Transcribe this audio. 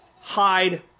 Hide